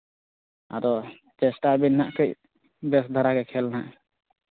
ᱟᱫᱚ ᱪᱮᱥᱴᱟᱭ ᱵᱮᱱ ᱦᱟᱸᱜ ᱠᱟᱹᱡ ᱵᱮᱥ ᱫᱷᱟᱨᱟ ᱜᱮ ᱠᱷᱮᱞ ᱦᱟᱸᱜ